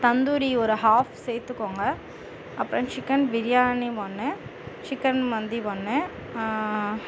தந்தூரி ஒரு ஹால்ஃப் சேர்த்துக்கோங்க அப்புறம் சிக்கன் பிரியாணி ஒன்று சிக்கன் மந்தி ஒன்று